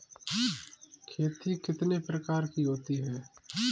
खेती कितने प्रकार की होती है?